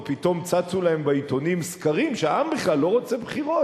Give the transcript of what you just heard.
ופתאום צצו להם בעיתונים סקרים שהעם בכלל לא רוצה בחירות,